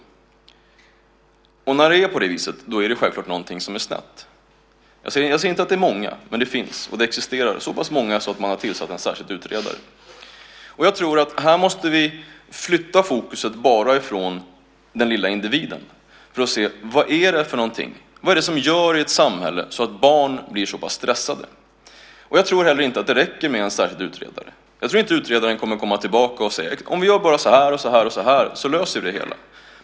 När det är på det viset är det självklart någonting som är snett. Jag säger inte att det är många barn, men de existerar och är så pass många att man har tillsatt en särskild utredare. Och jag tror att vi här måste flytta fokus från enbart den lilla individen för att se vad det är i ett samhälle som gör att barn blir så pass stressade. Jag tror heller inte att det räcker med en särskild utredare. Jag tror inte att utredaren kommer att komma tillbaka och säga att om vi gör så här och så här löser vi det hela.